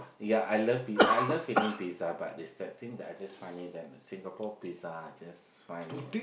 ya I love it I love eating pizza but is that thing that I just find it that Singapore pizza I just find it